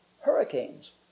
Hurricanes